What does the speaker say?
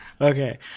Okay